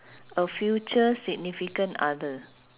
a future significant other